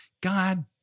God